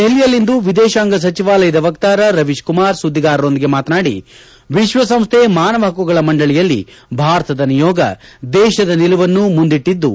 ದೆಹಲಿಯಲ್ಲಿಂದು ವಿದೇಶಾಂಗ ಸಚಿವಾಲಯದ ವಕ್ತಾರ ರವೀಶ್ಕುಮಾರ್ ಸುದ್ದಿಗಾರರೊಂದಿಗೆ ಮಾತನಾಡಿ ವಿಶ್ವಸಂಸ್ಥೆ ಮಾನವ ಹಕ್ಕುಗಳ ಮಂಡಳಿಯಲ್ಲಿ ಭಾರತದ ನಿಯೋಗ ದೇಶದ ನಿಲುವನ್ನು ಮುಂದಿಟ್ಟದ್ದು